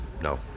no